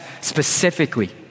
specifically